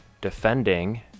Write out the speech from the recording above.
defending